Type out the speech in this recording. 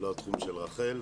לא התחום של רחל.